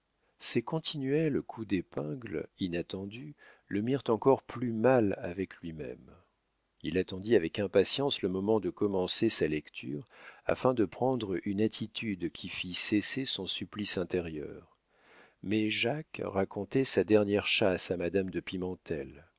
ces continuels coups d'épingle inattendus le mirent encore plus mal avec lui-même il attendit avec impatience le moment de commencer sa lecture afin de prendre une attitude qui fît cesser son supplice intérieur mais jacques racontait sa dernière chasse à madame de